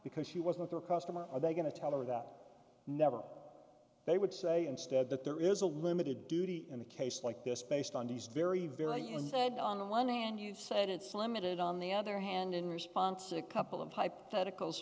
because she wasn't their customer are they going to tell her that never they would say instead that there is a limited duty in a case like this based on these very very intent on the one hand you said it's limited on the other hand in response to a couple of hypotheticals